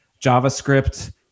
JavaScript